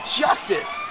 justice